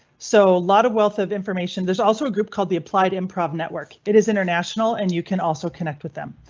so a lot of wealth of information. there's also a group called the applied improv network. it is international and you can also connect with them.